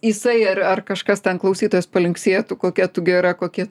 jisai ar ar kažkas ten klausytojas palinksėtų kokia tu gera kokie